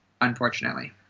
unfortunately